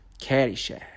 Caddyshack